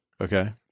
Okay